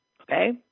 Okay